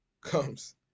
comes